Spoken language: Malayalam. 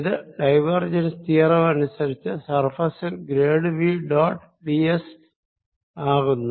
ഇത് ഡൈവേർജെൻസ് തിയറം അനുസരിച്ച് സർഫേസിൽ grad V dot d s ആകുന്നു